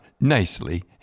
nicely